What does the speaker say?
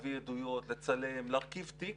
להביא עדויות, לצלם, להרכיב תיק